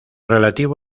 relativo